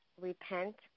repent